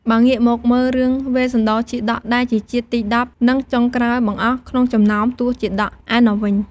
បើងាកមកមើលរឿងវេស្សន្តរជាតកដែលជាជាតិទី១០ និងចុងក្រោយបង្អស់ក្នុងចំណោមទសជាតកឯណេះវិញ។